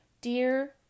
Dear